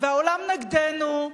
והעולם נגדנו,